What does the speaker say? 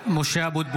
(קורא בשמות חברי הכנסת) משה אבוטבול,